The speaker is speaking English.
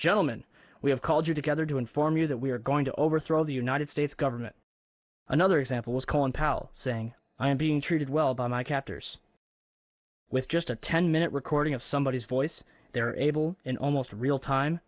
gentleman we have called you together to inform you that we are going to overthrow the united states government another example was colin powell saying i am being treated well by my captors with just a ten minute recording of somebodies voice they were able in almost real time